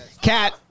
Cat